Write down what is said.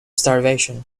starvation